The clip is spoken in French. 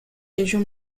région